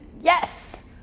Yes